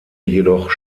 jedoch